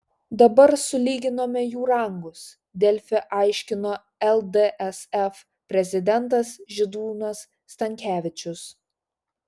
dabar sulyginome jų rangus delfi aiškino ldsf prezidentas žydrūnas stankevičius